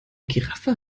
giraffe